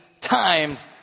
times